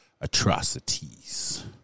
Atrocities